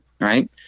right